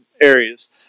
areas